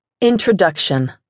Introduction